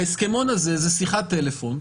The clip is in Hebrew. ההסכמון הזה זה שיחת טלפון.